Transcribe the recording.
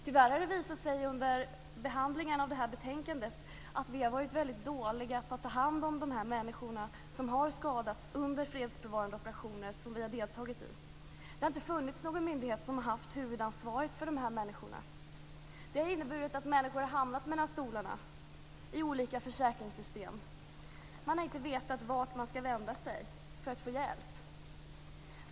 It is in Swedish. Tyvärr har det under behandlingen av det här betänkandet visat sig att vi har varit väldigt dåliga på att ta hand om de människor som har skadats under fredsbevarande operationer som vi har deltagit i. Det har inte funnits någon myndighet som har haft huvudansvaret för de här människorna. Det har inneburit att människor har hamnat mellan stolarna i olika försäkringssystem. Man har inte vetat vart man skall vända sig för att få hjälp.